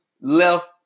left